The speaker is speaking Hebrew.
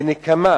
כנקמה